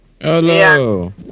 Hello